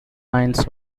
lines